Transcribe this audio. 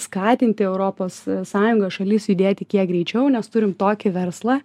skatinti europos sąjungos šalis judėti kiek greičiau nes turim tokį verslą